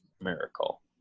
Miracle